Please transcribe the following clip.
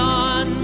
on